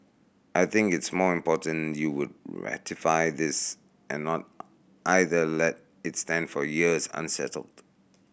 I think it's more important you would ratify this and not either let it stand for years unsettled